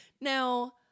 Now